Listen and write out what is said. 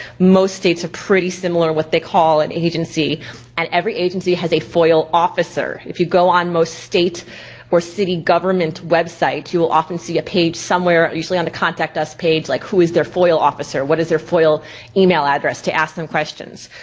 most states are pretty similar what they call an agency and every agency has a foil officer. if you go on most state or city government website you will often see a page somewhere, usually on the contact us page, like who is their foil officer. what is their foil e-mail address to ask them questions.